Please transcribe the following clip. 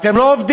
אתם לא עובדים,